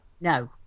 No